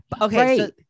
Okay